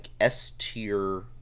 S-tier